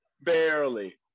barely